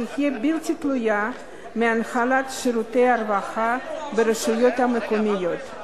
שיהיו בלתי תלויות בהנהלת שירותי הרווחה ברשויות המקומיות.